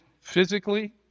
physically